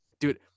Dude